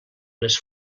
les